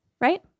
right